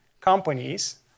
companies